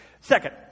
Second